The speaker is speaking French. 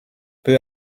peu